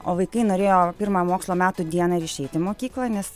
o vaikai norėjo pirmą mokslo metų dieną ir išeiti į mokyklą nes